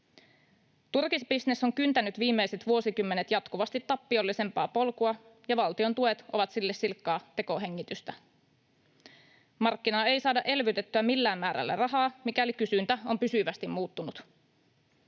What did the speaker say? Turkisbisnes on kyntänyt viimeiset vuosikymmenet jatkuvasti tappiollisempaa polkua, ja valtion tuet ovat sille silkkaa tekohengitystä. Markkinaa ei saada elvytettyä millään määrällä rahaa, mikäli kysyntä on pysyvästi muuttunut.